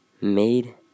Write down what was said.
made